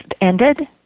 ended